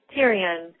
Tyrion